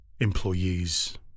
employees